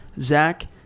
Zach